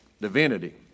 divinity